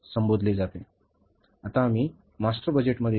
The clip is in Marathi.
आता आम्ही मास्टर बजेटमध्ये येऊ